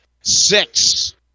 six